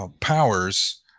powers